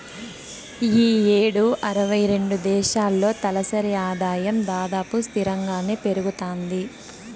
ఈ యేడు అరవై రెండు దేశాల్లో తలసరి ఆదాయం దాదాపు స్తిరంగానే పెరగతాంది